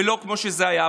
ולא כמו שזה היה.